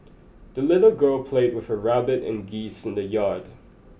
the little girl played with her rabbit and geese in the yard